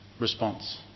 response